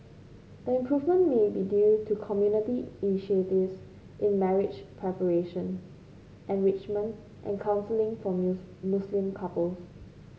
the improvement may be due to community initiatives in marriage preparation enrichment and counselling for Muslim couples